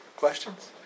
questions